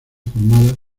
formada